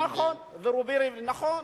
נכון, ורובי ריבלין, נכון.